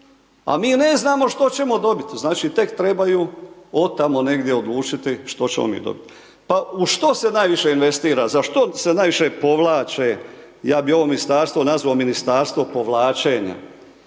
a mi ne znamo što ćemo dobit, znači, tek trebaju od tamo negdje odlučiti što ćemo mi dobiti. Pa u što se najviše investira, za što se najviše povlače, ja bih ovo Ministarstvo nazvao Ministarstvo povlačenja,